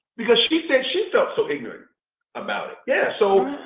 because she said she felt so ignorant about yeah so